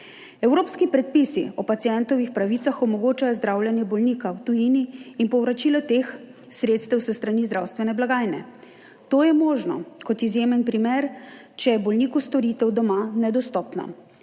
Evropski predpisi o pacientovih pravicah omogočajo zdravljenje bolnika v tujini in povračilo teh sredstev s strani zdravstvene blagajne. To je možno kot izjemen primer, če je bolniku storitev doma nedostopna.